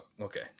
okay